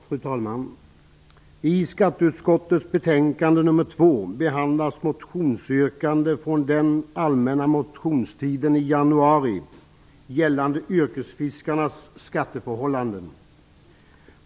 Fru talman! I skatteutskottets betänkande nr 2 behandlas motionsyrkanden från den allmänna motionstiden i januari gällande yrkesfiskarnas skatteförhållanden.